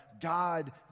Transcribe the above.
God